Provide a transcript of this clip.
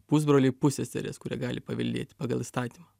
pusbroliai pusseserės kurie gali paveldėti pagal įstatymą